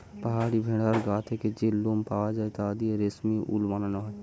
পাহাড়ি ভেড়ার গা থেকে যে লোম পাওয়া যায় তা দিয়ে রেশমি উল বানানো হয়